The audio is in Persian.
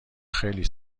خیلی